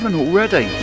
already